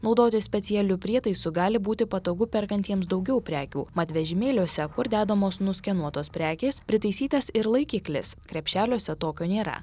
naudotis specialiu prietaisu gali būti patogu perkantiems daugiau prekių mat vežimėliuose kur dedamos nuskenuotos prekės pritaisytas ir laikiklis krepšeliuose tokio nėra